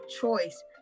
choice